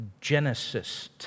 genesis